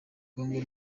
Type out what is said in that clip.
congo